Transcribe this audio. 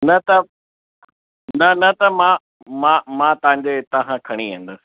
न त न न त मां मां मां तव्हांजे हितां खां खणी वेंदुसि